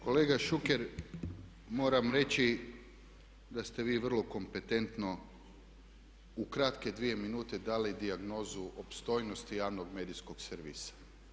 Kolega Šuker, moram reći da ste vi vrlo kompetentno u kratke dvije minute dale dijagnozu opstojnosti javnog medijskog servisa.